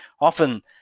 Often